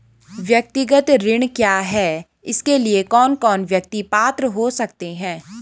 व्यक्तिगत ऋण क्या है इसके लिए कौन कौन व्यक्ति पात्र हो सकते हैं?